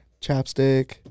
Chapstick